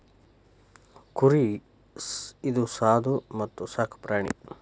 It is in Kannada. ಕುರಿ ಇದು ಸಾದು ಮತ್ತ ಸಾಕು ಪ್ರಾಣಿ